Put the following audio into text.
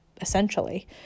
essentially